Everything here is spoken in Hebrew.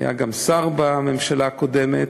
היה גם שר בממשלה הקודמת,